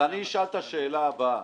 אשאל את השאלה הבאה.